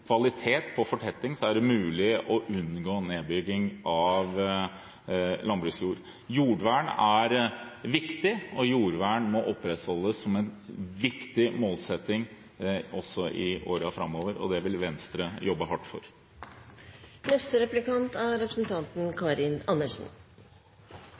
kvalitet på fortetting er det mulig å unngå nedbygging av landbruksjord. Jordvern er viktig, og jordvern må opprettholdes som en viktig målsetting også i årene framover, og det vil Venstre jobbe hardt for. Jeg er glad for at representanten